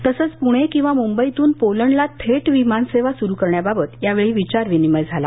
तसंच पूणे किंवा मुंबईतून पोलंडला थेट विमानसेवा सुरू करण्याबाबत यावेळी विचारविनिमय झाला